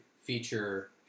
feature